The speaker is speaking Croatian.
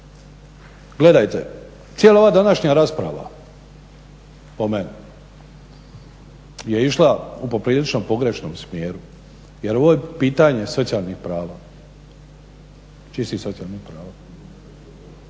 Gledajte, cijela ova današnja rasprava po meni je išla u poprilično pogrešnom smjeru jer ovo je pitanje socijalnih prava, čistih socijalnih prava,